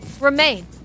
remain